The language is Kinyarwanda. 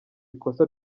ikosa